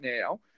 now